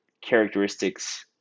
characteristics